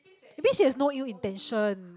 maybe she has no ill intention